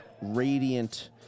radiant